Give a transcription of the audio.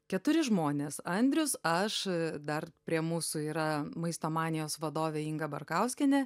keturi žmonės andrius aš dar prie mūsų yra maisto manijos vadovė inga barkauskienė